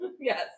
Yes